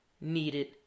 needed